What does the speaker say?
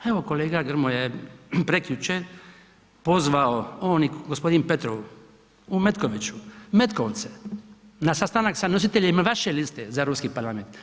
Evo kolega Grmoja je prekjučer pozvao on i gospodin Petrov u Metkoviću Metkovce na sastanak sa nositeljima vaše liste za Europski parlament.